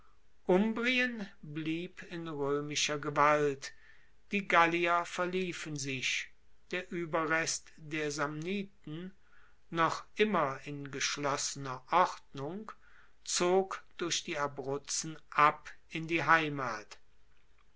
umbrien blieb in roemischer gewalt die gallier verliefen sich der ueberrest der samniten noch immer in geschlossener ordnung zog durch die abruzzen ab in die heimat